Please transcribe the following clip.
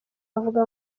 bavuga